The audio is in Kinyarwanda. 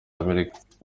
amerika